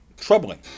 troubling